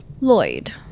Lloyd